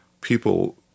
people